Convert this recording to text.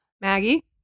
Maggie